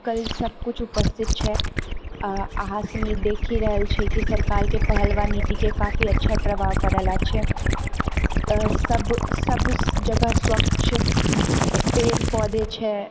कल सभकुछ उपस्थित छै आ अहाँ सनि देखि रहल छियै कि सरकारके पहल व नीतिके काफी अच्छा प्रभाव पड़ल अछि आ सभ सभजगह स्वच्छ पेड़ पौधे छै